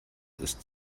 ist